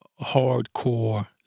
hardcore